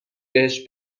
بهش